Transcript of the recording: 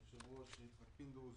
היושב ראש יצחק פינדרוס